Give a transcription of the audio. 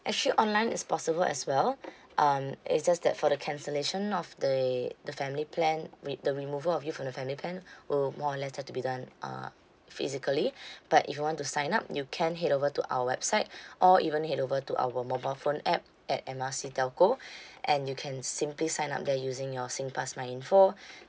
actually online is possible as well um it's just that for the cancellation of the the family plan with the removal of you from the family plan will more or less has to be done uh physically but if you want to sign up you can head over to our website or even head over to our mobile phone app at M R C telco and you can simply sign up there using your singpass myinfo